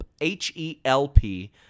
H-E-L-P